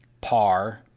par